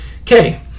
okay